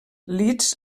liszt